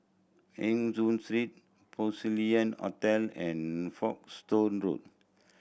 Eng Hoon Street Porcelain Hotel and Folkestone Road